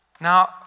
Now